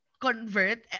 convert